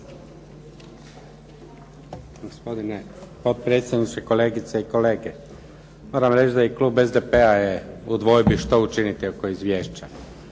Gospodine potpredsjedniče, kolegice i kolege. Moram reći da i klub SDP-a je u dvojbi što učiniti oko izvješća.